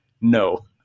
no